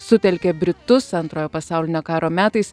sutelkė britus antrojo pasaulinio karo metais